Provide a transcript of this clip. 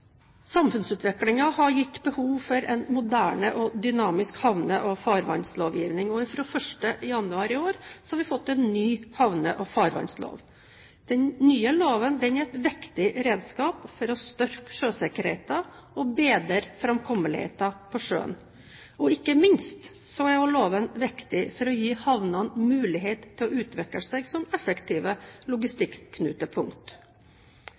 har gitt behov for en moderne og dynamisk havne- og farvannslovgivning, og fra 1. januar i år har vi fått en ny havne- og farvannslov. Den nye loven er et viktig redskap for å støtte sjøsikkerheten og bedre framkommeligheten på sjøen, og ikke minst er loven viktig for å gi havnene mulighet til å utvikle seg som effektive